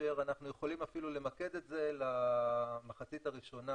כאשר אנחנו יכולים אפילו למקד את זה למחצית הראשונה